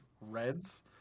Reds